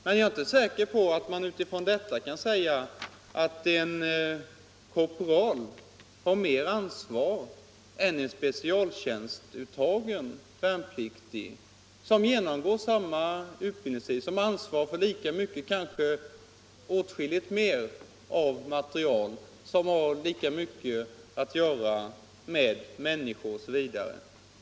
Men jag är inte säker på att man utifrån detta kan säga att en korpral har mer ansvar än en specialtjänstuttagen värnpliktig som har samma utbildningstid, som har ansvar för lika mycket eller kanske mer material, som har lika mycket att göra med människor osv.